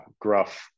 gruff